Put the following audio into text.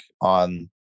on